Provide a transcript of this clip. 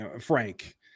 Frank